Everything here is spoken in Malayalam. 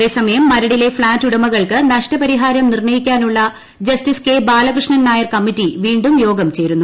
അതേസമയം മർടില്ലെ ഫ്ളാറ്റ് ഉടമകൾക്ക് നഷ്ടപരിഹാരം നിർണ്ണയിക്കാനുള്ള justice K Balakrishnan Nair committee വീണ്ടും യോഗം ചേരുന്നു